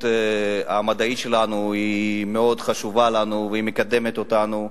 המדעית שלנו חשובה לנו והיא מקדמת אותנו,